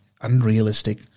unrealistic